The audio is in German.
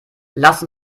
lasst